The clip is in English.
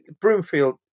Broomfield